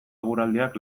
eguraldiak